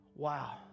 Wow